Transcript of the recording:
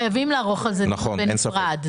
חייבים לערוך על זה דיון בנפרד.